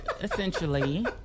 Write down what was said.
essentially